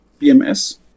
BMS